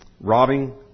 Robbing